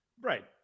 Right